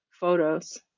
photos